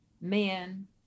men